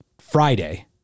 Friday